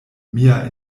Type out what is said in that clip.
mia